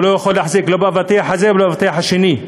הוא לא יכול להחזיק לא באבטיח הזה ולא באבטיח השני.